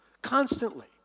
constantly